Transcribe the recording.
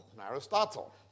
Aristotle